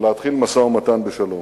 ולהתחיל משא-ומתן בשלום.